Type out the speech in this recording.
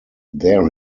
there